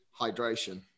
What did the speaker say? hydration